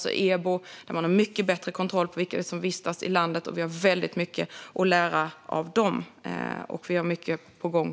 Danska myndigheter har mycket bättre kontroll på vilka som vistas i landet. Vi har väldigt mycket att lära av dem, och regeringen har mycket på gång.